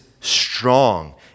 strong